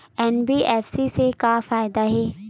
NBFC से का फ़ायदा हे?